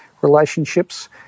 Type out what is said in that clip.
relationships